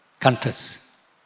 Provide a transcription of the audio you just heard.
Confess